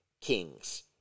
kings